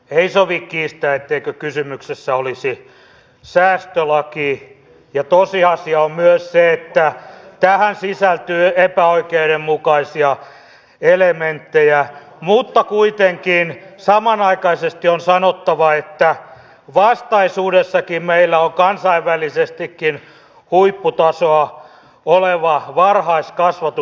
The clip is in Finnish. ei sovi kiistää etteikö kysymyksessä olisi säästölaki ja tosiasia on myös se että tähän sisältyy epäoikeudenmukaisia elementtejä mutta kuitenkin samanaikaisesti on sanottava että vastaisuudessakin meillä on kansainvälisestikin huipputasoa oleva varhaiskasvatus